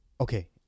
Okay